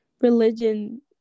religion